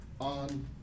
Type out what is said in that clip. on